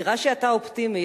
נראה שאתה אופטימי,